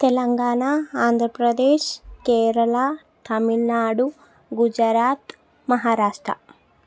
Telangana Andhra Pradesh Kerala Tamil Nadu Gujarat Maharashtra